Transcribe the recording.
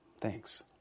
Thanks